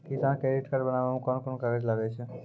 किसान credit card बनाबै मे कोन कोन कागज लागै छै?